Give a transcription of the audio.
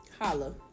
Holla